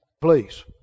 please